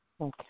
Okay